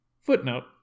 Footnote